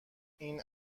این